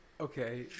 okay